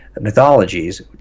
mythologies